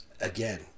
again